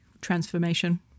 transformation